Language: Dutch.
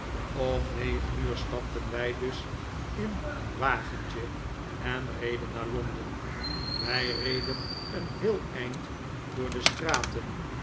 om negen uur stapten wij dus in een wagentje en reden naar londen wij reden een heel eind door de straten